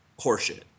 horseshit